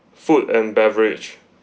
food and beverage